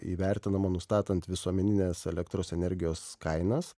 įvertinama nustatant visuomenines elektros energijos kainas